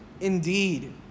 indeed